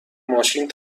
ماشین